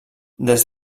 des